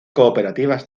cooperativas